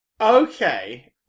Okay